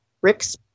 Rick's